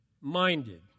minded